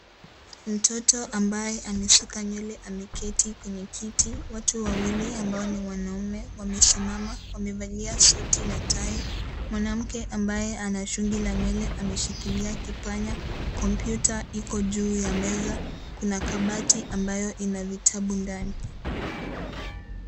Mtoto ambaye amesuka nywele ameketi kwenye kiti, watu wawili amabo ni wanaume wamesimama wamevalia suti na tai, mwanamke ambaye ana shungi la nywele ameshikilia kipanya. Kompyuta iko juu ya meza. Kuna kabati ambayo ina vitabu ndani.